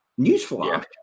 Newsflash